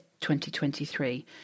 2023